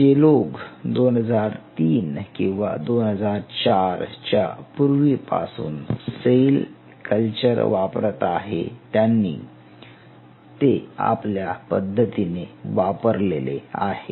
जे लोक 2003 किंवा 2004 च्या पूर्वीपासून सेल कल्चर वापरत आहे त्यांनी ते आपल्या पद्धतीने वापरलेले आहे